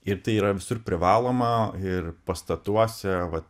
ir tai yra visur privaloma ir pastatuose va